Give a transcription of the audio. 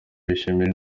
bishimira